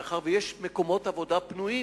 מאחר שיש מקומות עבודה פנויים,